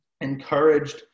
encouraged